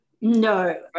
No